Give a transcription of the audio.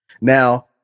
Now